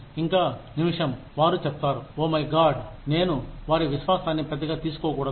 ఇంకా నిమిషం వారు చెప్తారు ఓ మై గాడ్ నేను వారి విశ్వాసాన్ని పెద్దగా తీసుకోకూడదు